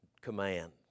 command